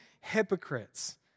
hypocrites